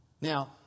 Now